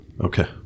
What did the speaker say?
Okay